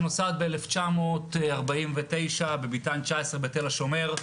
שנוסד ב-1949 בביתן 19 בתל השומר,